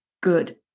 good